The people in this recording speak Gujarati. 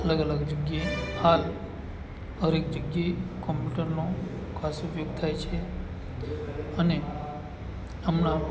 અલગ અલગ જગ્યાએ આ હરએક જગ્યાએ કોંપ્યુટરનો ખાસ ઉપયોગ થાય છે અને હમણાં